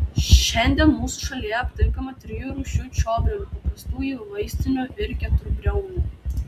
šiandien mūsų šalyje aptinkama trijų rūšių čiobrelių paprastųjų vaistinių ir keturbriaunių